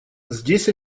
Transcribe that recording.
здесь